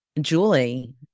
Julie